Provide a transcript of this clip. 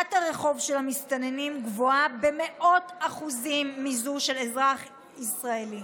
פשיעת הרחוב של המסתננים גבוהה במאות אחוזים מזו של אזרחים ישראלים.